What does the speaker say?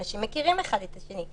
אנשים מכירים אחד את השני.